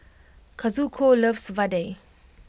Kazuko loves Vadai